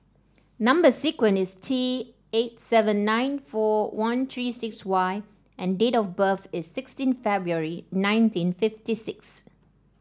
number sequence is T eight seven nine four one three six Y and date of birth is sixteen February nineteen fifty six